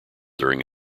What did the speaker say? during